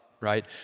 right